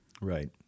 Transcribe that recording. Right